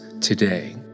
today